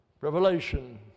Revelation